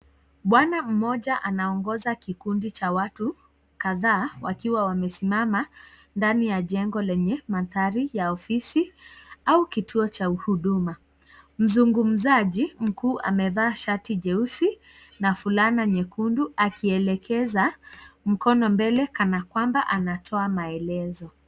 Bwana mmoja anaongoza kikundi cha watu kadhaa wakiwa wamesimama ndani ya jengo lenye mandhari ya ofisi au kituo cha huduma. Mzungumzaji mkuu amevaa shati jeusi na fulana nyekundu akielekeza mkono mbele kana kwamba anatoa maelezo.